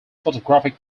photographic